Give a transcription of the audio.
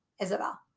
Isabel